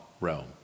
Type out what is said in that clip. realm